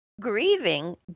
grieving